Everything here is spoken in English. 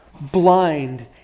blind